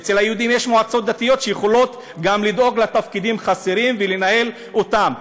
אצל היהודים יש מועצות דתיות שיכולות לדאוג לתפקידים חסרים ולנהל אותם.